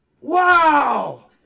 wow